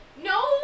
no